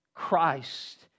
Christ